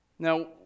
Now